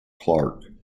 clarke